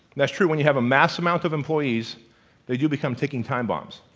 that's true when you have a massive amount of employees they do become ticking time bombs.